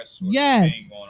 Yes